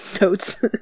notes